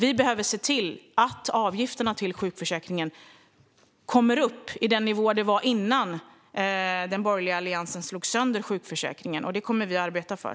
Vi behöver se till att avgifterna till sjukförsäkringen höjs till samma nivå som de hade innan den borgerliga alliansen slog sönder sjukförsäkringen. Det kommer vi att arbeta för.